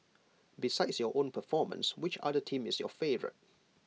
besides your own performance which other team is your favourite